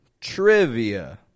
Trivia